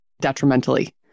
detrimentally